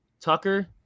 Tucker